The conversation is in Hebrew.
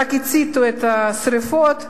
רק הציתו את השרפות,